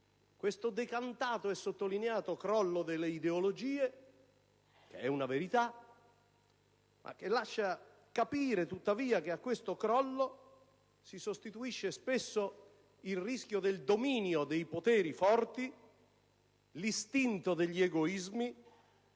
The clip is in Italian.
questo decantato e sottolineato crollo delle ideologie, che è una verità, lascia capire che a questo crollo si sostituisce spesso il rischio del dominio dei poteri forti, l'istinto degli egoismi